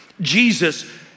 Jesus